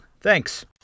thanks